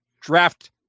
draft